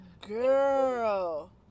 Girl